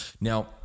Now